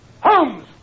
Holmes